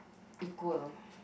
equal